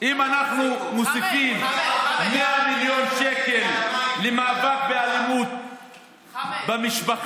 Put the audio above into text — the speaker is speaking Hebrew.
אם אנחנו מוסיפים 100 מיליון שקל למאבק באלימות במשפחה,